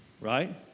Right